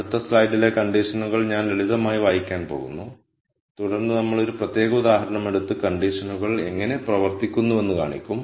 അടുത്ത സ്ലൈഡിലെ കണ്ടിഷനുകൾ ഞാൻ ലളിതമായി വായിക്കാൻ പോകുന്നു തുടർന്ന് നമ്മൾ ഒരു പ്രത്യേക ഉദാഹരണം എടുത്ത് കണ്ടിഷനുകൾ എങ്ങനെ പ്രവർത്തിക്കുന്നുവെന്ന് കാണിക്കും